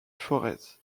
forez